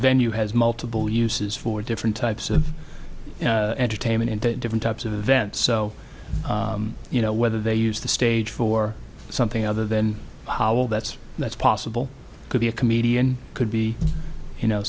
venue has multiple uses for different types of entertainment and different types of events so you know whether they use the stage for something other than how well that's that's possible could be a comedian could be you know